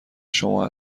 شما